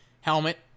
helmet